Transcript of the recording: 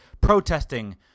protesting